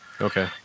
Okay